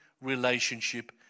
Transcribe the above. relationship